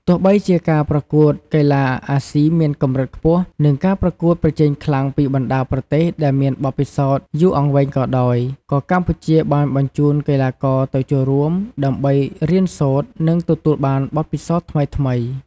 ទោះបីជាការប្រកួតកីឡាអាស៊ីមានកម្រិតខ្ពស់ និងការប្រកួតប្រជែងខ្លាំងពីបណ្ដាប្រទេសដែលមានបទពិសោធន៍យូរអង្វែងក៏ដោយ ក៏កម្ពុជាបានបញ្ជូនកីឡាករទៅចូលរួម ដើម្បីរៀនសូត្រ និងទទួលបានបទពិសោធន៍ថ្មីៗ។